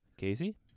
Casey